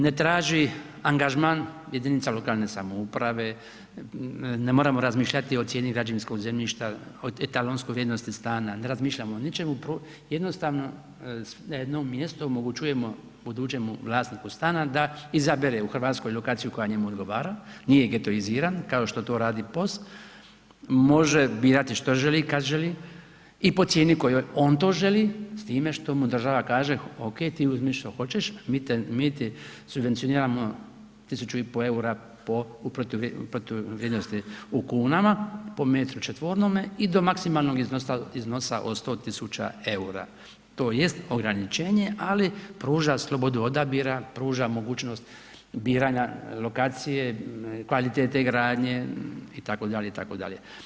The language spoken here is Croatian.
Ne traži angažman jedinica lokalne samouprave, ne moramo razmišljati o cijeni građevinskog zemljišta, etalonskoj vrijednosti stana, ne razmišljamo o ničemu, jednostavno na jednom mjestu omogućujemo vlasniku stana da izabere u Hrvatskoj lokaciju koja njemu odgovara, nije getoiziran kao što to radi POS, može birati što želi i kad želi i po cijeni kojoj on to želi s time što mu država kaže ok, ti uzmi što hoćeš mi ti subvencioniramo tisuću i pol eura u protuvrijednosti u kunama po metru četvornome i do maksimalnog iznosa od 100 tisuća eura, tj. ograničenje ali pruža slobodu odabira, pruža mogućnost biranja lokacije, kvalitete gradnje itd., itd…